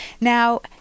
Now